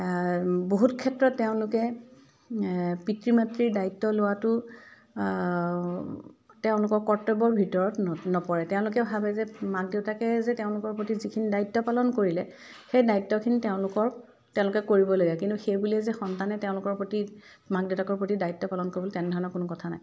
বহুত ক্ষেত্ৰত তেওঁলোকে পিতৃ মাতৃৰ দায়িত্ব লোৱাটো তেওঁলোকৰ কৰ্তব্যৰ ভিতৰত নপৰে তেওঁলোকে ভাবে যে মাক দেউতাকে যে তেওঁলোকৰ প্ৰতি যিখিনি দায়িত্ব পালন কৰিলে সেই দায়িত্বখিনি তেওঁলোকৰ তেওঁলোকে কৰিবলগীয়া কিন্তু সেইবুলিয়ে যে সন্তানে তেওঁলোকৰ প্ৰতি মাক দেউতাকৰ প্ৰতি দায়িত্ব পালন কৰিব তেনেধৰণৰ কোনো কথা নাই